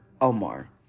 Omar